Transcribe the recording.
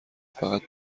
فقط